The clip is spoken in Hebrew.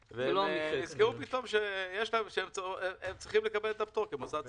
ונזכרו פתאום שהם צריכים לקבל את הפטור כמוסד.